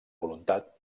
voluntat